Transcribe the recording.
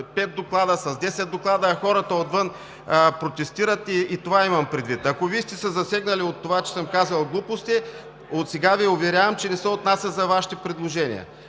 пет доклада, с 10 доклада, а хората отвън протестират – това имам предвид. Ако Вие сте се засегнали от това, че съм казал „глупости“, отсега Ви уверявам, че не се отнася за Вашите предложения.